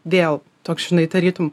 vėl toks žinai tarytum